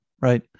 right